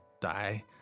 Die